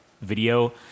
video